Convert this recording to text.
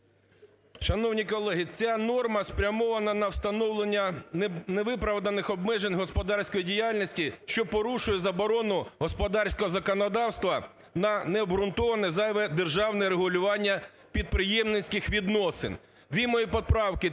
Шановні колеги! Ця норма спрямована на встановлення невиправданих обмежень господарської діяльності, що порушує заборону господарського законодавства на необґрунтоване зайве державне регулювання підприємницьких відносин. Дві мої поправки